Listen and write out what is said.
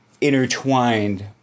intertwined